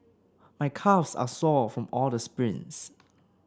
my calves are sore from all the sprints